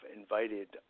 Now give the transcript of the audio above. invited